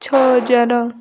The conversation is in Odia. ଛଅ ହଜାର